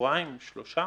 שבועיים שלושה